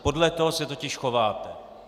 Podle toho se totiž chováte!